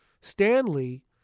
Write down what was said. Stanley